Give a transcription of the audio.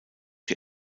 die